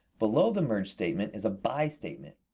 below the merge statement is a by statement.